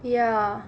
ya